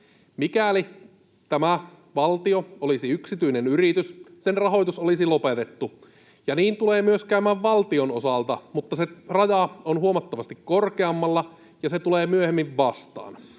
Mikäli tämä valtio olisi yksityinen yritys, sen rahoitus olisi lopetettu, ja niin tulee myös käymään valtion osalta, mutta se raja on huomattavasti korkeammalla ja se tulee myöhemmin vastaan.